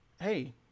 hey